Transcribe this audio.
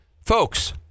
Folks